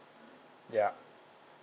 ya